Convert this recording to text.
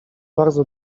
bardzo